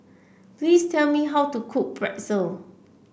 please tell me how to cook Pretzel